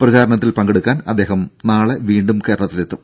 പ്രചാരണത്തിൽ പങ്കെടുക്കാൻ അദ്ദേഹം നാളെ വീണ്ടും കേരളത്തിലെത്തും